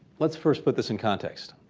let's first put this in context.